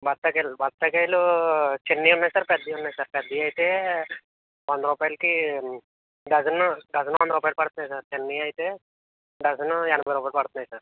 బత్తాయికాయలు ఉ బత్తాయికాయలు చిన్నవి ఉన్నాయి సార్ పెద్దవి ఉన్నాయి సార్ పెద్దవి అయితే వంద రూపాయలకి డజను డజను వంద రూపాయలు పడుతున్నాయి సార్ చిన్నవి అయితే డజను ఎనభై రూపాయలు పడుతున్నాయి సార్